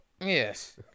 Yes